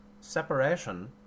separation